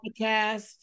podcast